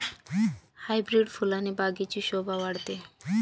hybrid फुलाने बागेची शोभा वाढते